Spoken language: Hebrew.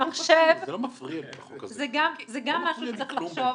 זה גם שצריך לחשוב.